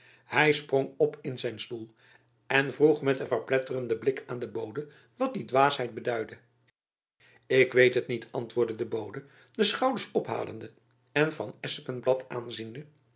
hy sprong op in zijn stoel en vroeg met een verpletterden blik aan den bode wat die dwaasheid beduidde ik weet het niet antwoordde de bode de schouders ophalende en van espenblad aanziende